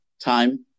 time